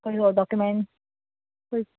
ਕੋਈ ਹੋਰ ਡੋਕਿਊਮੈਂਟ ਕੋਈ